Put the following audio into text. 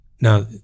Now